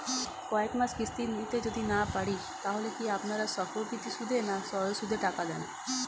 কয়েক মাস কিস্তি দিতে যদি না পারি তাহলে কি আপনারা চক্রবৃদ্ধি সুদে না সরল সুদে টাকা দেন?